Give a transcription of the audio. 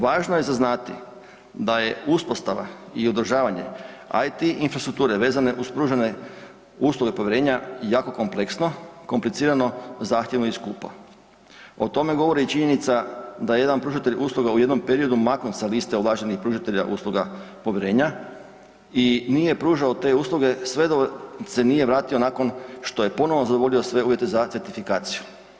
Važno je za znati da je uspostava i održavanja IT infrastrukture vezane uz pružanje usluga povjerenja jako kompleksno, komplicirano, zahtjevno i skupo, a o tome govori i činjenica da jedan pružatelj usluga u jednom periodu je maknut sa liste ovlaštenih pružatelja usluga povjerenja i nije pružao te usluge sve dok se nije vratio nakon što je ponovno zadovoljio sve uvjete za certifikaciju.